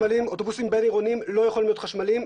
אוטובוסים בין עירוניים לא יכולים להיות חשמליים,